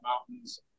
mountains